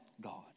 God